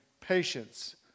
patience